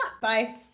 Bye